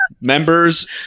members